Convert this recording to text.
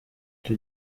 icyo